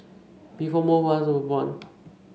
before most of us were born